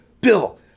Bill